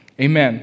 amen